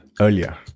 earlier